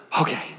okay